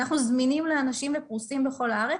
אנחנו זמינים לאנשים ופרוסים בכל הארץ,